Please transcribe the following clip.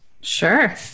Sure